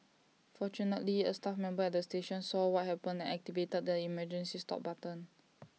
fortunately A staff member at the station saw what happened and activated the emergency stop button